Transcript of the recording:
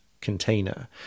container